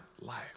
life